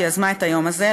שיזמה את היום הזה,